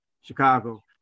Chicago